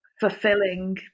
fulfilling